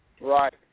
Right